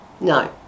No